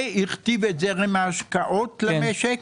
זה הכתיב את זרם ההשקעות למשק.